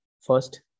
first